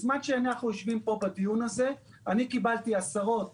בזמן שאנחנו יושבים פה בדיון הזה קיבלתי עשרות